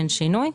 אין שינוי.